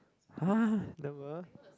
!huh! never